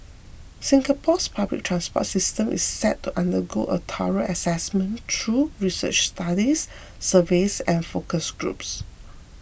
Singapore's public transport system is set to undergo a thorough assessment through research studies surveys and focus groups